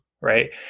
right